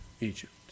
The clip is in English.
Egypt